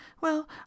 Well